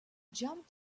jumped